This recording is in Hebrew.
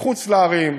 מחוץ לערים,